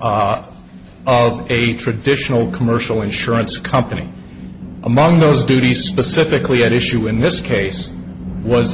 of a traditional commercial insurance company among those duties specifically at issue in this case was